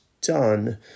done